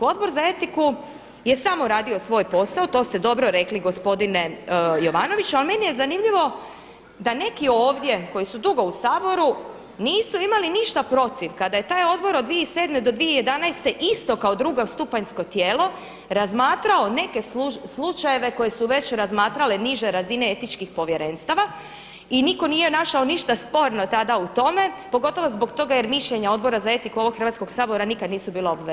Odbor za etiku je samo radio svoj posao to ste dobro rekli gospodine Jovanovići, ali meni je zanimljivo da neke ovdje koji su dugo u Saboru nisu imali ništa protiv kada je taj odbor od 2007. do 2011. isto kao drugostupanjsko tijelo razmatrao neke slučajeve koje su već razmatrale niže razine etičkih povjerenstava i niko nije našao ništa sporno tada u tome pogotovo zbog toga jer mišljenja Odbora za etiku ovog Hrvatskog sabora nikada nisu bila obvezujuća.